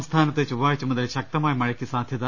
സംസ്ഥാനത്ത് ചൊവ്വാഴ്ച്ച മുതൽ ശക്തമായ മഴക്ക് സാധ്യത